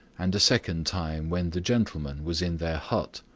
and a second time when the gentleman was in their hut.